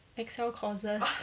excel courses